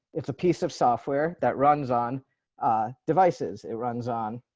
it's a piece of software that runs on devices. it runs on